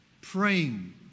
Praying